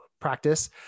practice